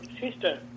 sister